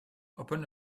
open